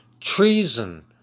treason